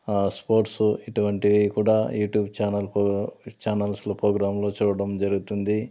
sports ఇటువంటివి కూడా YouTube channel పో ఛానెల్స్లో ప్రోగ్రామ్లో చూడడం జరుగుతుంది